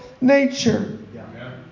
nature